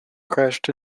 crashed